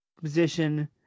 position